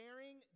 sharing